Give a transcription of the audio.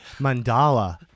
mandala